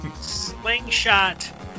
slingshot